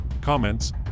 comments